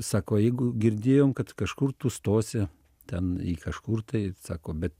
sako jeigu girdėjom kad kažkur tu stosi ten į kažkur tai sako bet